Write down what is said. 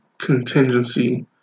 contingency